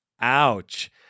Ouch